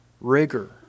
rigor